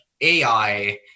AI